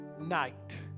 night